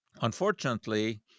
Unfortunately